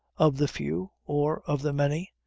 of the few, or of the many,